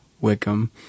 Wickham